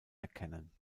erkennen